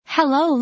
Hello